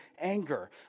anger